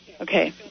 okay